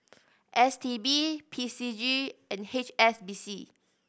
S T B P C G and H S B C